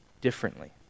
differently